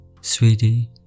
sweetie